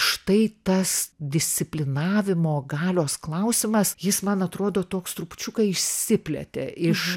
štai tas disciplinavimo galios klausimas jis man atrodo toks trupučiuką išsiplėtė iš